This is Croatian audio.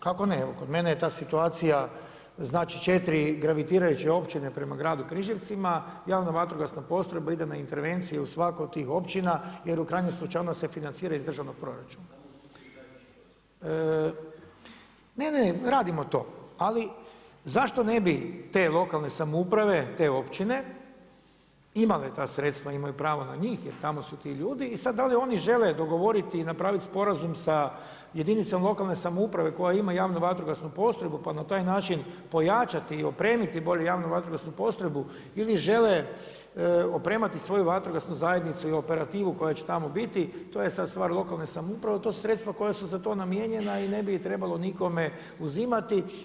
Kako ne, evo kod mene je ta situacija, znači 4 gravitirajuće općine prema gradu Križevcima, javna vatrogasna postrojba ide na intervenciju u svaku od tih općina jer u krajnjem slučaju ona se financira iz državnog proračuna. … [[Upadica sa strane, ne čuje se.]] Ne, ne, radimo to, ali zašto ne bi te lokalne samouprave, te općine imale ta sredstva, imaju pravo na njih jer tamo su ti ljudi i sad da li oni žele dogovoriti i napraviti sporazum sa jedinicom lokalne samouprave koja ima javnu vatrogasnu postrojbu pa na taj način pojačati i opremiti bolje javnu vatrogasnu postrojbu ili žele opremati svoju vatrogasnu zajednicu i operativu koja će tamo biti, to je sad stvar lokalne samouprave, tu su sredstva koja su za to namijenjena i ne bi trebalo nikome uzimati.